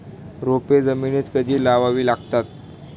रोपे जमिनीत कधी लावावी लागतात?